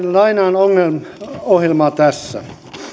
lainaan ohjelmaa tässä